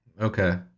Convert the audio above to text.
okay